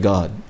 God